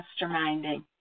masterminding